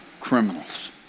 criminals